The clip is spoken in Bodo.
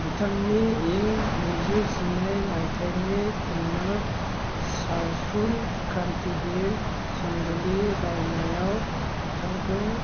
बिथांनि इं नैजौ जिनै माइथायनि खुन्नुर्क सावथुन क्रान्थिबिर संगुलि रायनायाव बिथांखौ